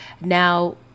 now